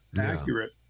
accurate